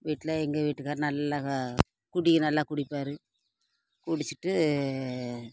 வீட்டில் எங்கள் வீட்டுகார் நல்லா குடி நல்லா குடிப்பார் குடிச்சிட்டு